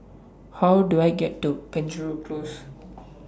How Do I get to Penjuru Close